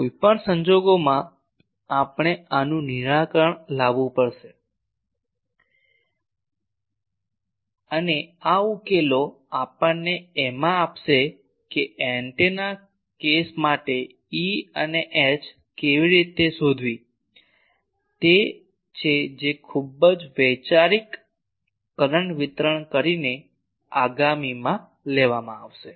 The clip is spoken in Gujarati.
તેથી કોઈ પણ સંજોગોમાં આપણે આનું નિરાકરણ લાવવું પડશે અને આ ઉકેલો આપણને એમાં આપશે કે એન્ટેના કેસ માટે E અને H કેવી રીતે શોધવી તે તે છે જે ખૂબ જ વૈચારિક કરંટ વિતરણ કરીને આગામીમાં લેવામાં આવશે